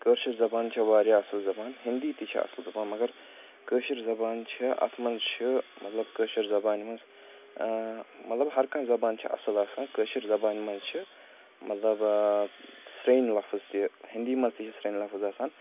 کٲشِر زبان چھِ واریاہ اَصٕل زبان ہِندی تہِ چھِ اَصٕل زَبان مگر کٲشِر زَبان چھِ اَتھ منٛز چھِ مطلب کٲشِر زَبانہِ منٛز مطلب ہَر کانٛہہ زَبان چھِ اَصٕل آسان کٲشِر زَبانہِ منٛز چھِ مطلب سٔرنۍ لفظ تہِ ہِندی مَنٛز تہِ چھِ سٔرنۍ لفظ آسان